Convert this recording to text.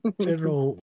General